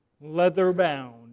leather-bound